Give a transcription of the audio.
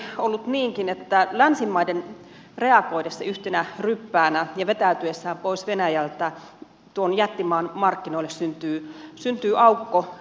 monesti on kuitenkin ollut niinkin että länsimaiden reagoidessa yhtenä ryppäänä ja vetäytyessä pois venäjältä tuon jättimaan markkinoille syntyy aukko